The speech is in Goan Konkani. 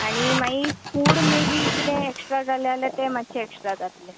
आनी मागीर फुडें मे बी कितें एक्सट्रा जाले जाल्यार ते मातशे एक्सट्रा जातले